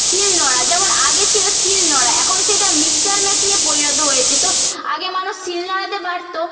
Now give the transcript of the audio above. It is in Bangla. শিল নোড়া যেমন আগে ছিল শিল নোড়া এখন সেটা মিক্সচার মেশিনে পরিণত হয়েছে তো আগে মানুষ শিল নোড়াতে বাটত